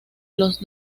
los